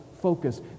focus